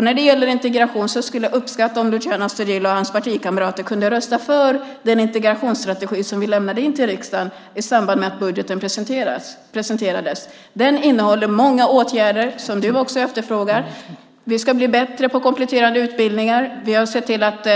När det gäller integration skulle jag uppskatta om Luciano Astudillo och hans partikamrater kunde rösta för den integrationsstrategi som vi lämnade in till riksdagen i samband med att budgeten presenterades. Den innehåller många åtgärder som du också efterfrågar. Vi ska bli bättre på kompletterande utbildningar. Vi har sett till att